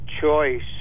choice